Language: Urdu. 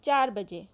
چار بجے